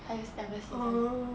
还有两个 season